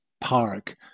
park